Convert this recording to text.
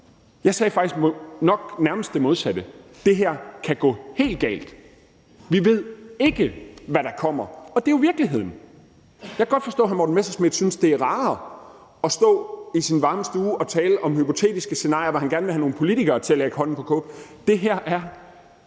Jeg sagde faktisk nok nærmest det modsatte, nemlig at det her kan gå helt galt, og at vi ikke ved, hvad der kommer. Det er jo virkeligheden. Jeg kan godt forstå, at hr. Morten Messerschmidt synes, det er rarere at stå i sin varme stue og tale om hypotetiske scenarier, hvor han gerne vil have nogle politikere til at lægge hånden på kogepladen. Det her er